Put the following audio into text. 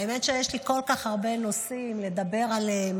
האמת היא שיש לי כל כך הרבה נושאים לדבר עליהם,